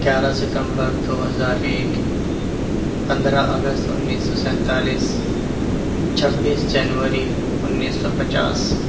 گیارہ ستمبر دو ہزار ایک پندرہ اگست انیس سو سینتالیس چھبیس جنوری انیس سو پچاس